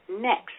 next